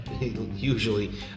usually